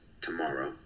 tomorrow